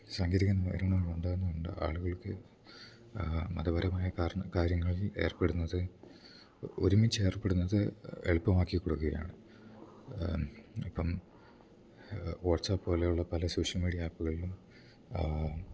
സാങ്കേതികം എന്ന ഉപകരണം ഉണ്ടാകുന്നതു കൊണ്ട് ആളുകൾക്ക് മതപരമായ കാരണം കാര്യങ്ങളിൽ ഏർപ്പെടുന്നത് ഒരുമിച്ചു ഏർപ്പെടുന്നത് എളുപ്പമാക്കി കൊടുക്കുകയാണ് ഇപ്പം വാട്സപ്പ് പോലെയുള്ള പല സോഷ്യൽ മീഡിയ ആപ്പുകളിലും